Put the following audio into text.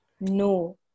No